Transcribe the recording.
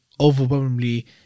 overwhelmingly